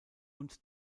und